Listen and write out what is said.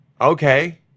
okay